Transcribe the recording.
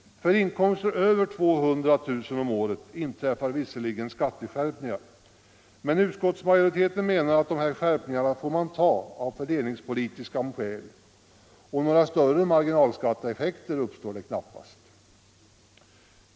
För inkomster över 200 000 kronor om året inträffar visserligen skatteskärpningar, men utskottsmajoriteten menar att dessa skärpningar får man ta av fördelningspolitiska skäl, och några större marginalskatteeffekter uppstår knappast.